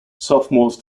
sophomores